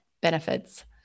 benefits